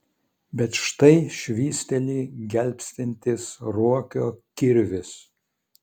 bet štai švysteli gelbstintis ruokio kirvis